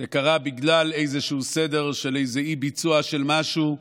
זה קרה בגלל איזה סדר של איזה אי-ביצוע של משהו,